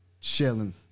chilling